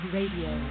Radio